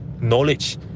knowledge